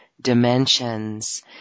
dimensions